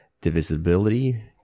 divisibility